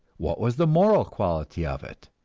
what was the moral quality of it?